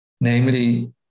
namely